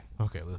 Okay